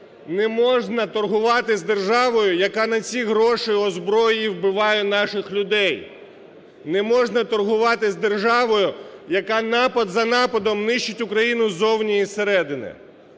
Не можна торгувати з державою, яка на ці гроші озброює і вбиває наших людей. Не можна торгувати з державою, яка напад за нападом нищить Україну ззовні і зсередини.